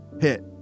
hit